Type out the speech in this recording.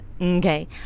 Okay